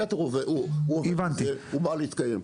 והיתר הוא עובד, הוא בא להתקיים.